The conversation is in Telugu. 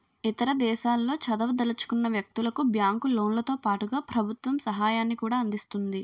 ఇతర దేశాల్లో చదవదలుచుకున్న వ్యక్తులకు బ్యాంకు లోన్లతో పాటుగా ప్రభుత్వం కూడా సహాయాన్ని అందిస్తుంది